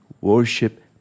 worship